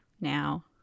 now